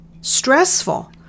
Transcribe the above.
stressful